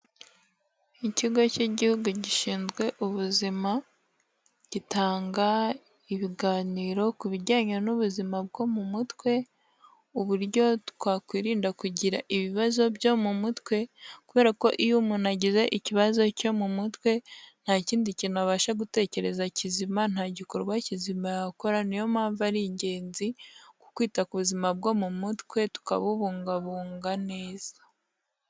Ikigo cy'igihugu gishinzwe ubuzima, gitanga ibiganiro ku bijyanye n'ubuzima bwo mu mutwe, uburyo twakwirinda kugira ibibazo byo mu mutwe. Kubera ko iyo umuntu agize ikibazo cyo mu mutwe, nta kindi kintu abasha gutekereza kizima, nta gikorwa kizima yakora, niyo mpamvu ari ingenzi, ku kwita ku buzima bwo mu mutwe tukabubungabunga neza.